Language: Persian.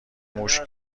موش